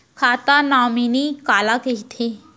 खाता नॉमिनी काला कइथे?